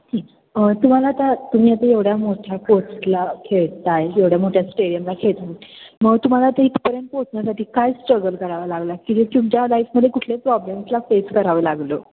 हं तुम्हाला आता तुम्ही आता एवढ्या मोठ्या पोस्टला खेळत आहे एवढ्या मोठ्या स्टेडियमला खेळत आहे मग तुम्हाला आता इथंपर्यंत पोचण्यासाठी काय स्ट्रगल करावा लागला की तुमच्या लाईफमध्ये कुठले प्रॉब्लेम्सला फेस करावं लागलं